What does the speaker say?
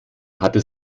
hatte